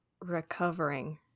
recovering